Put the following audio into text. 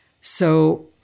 So-